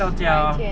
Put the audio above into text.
哪一天